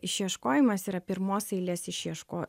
išieškojimas yra pirmos eilės išieško